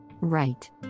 Right